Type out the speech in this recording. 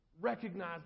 Recognize